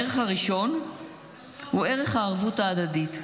הערך הראשון הוא ערך הערבות ההדדית,